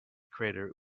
crater